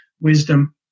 wisdom